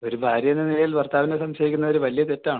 ഒരു ഭാര്യ എന്ന നിലയിൽ ഭർത്താവിനെ സംശയിക്കുന്നത് ഒരു വലിയ തെറ്റാണ്